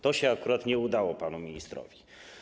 To się akurat nie udało panu ministrowi.